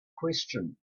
question